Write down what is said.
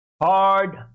hard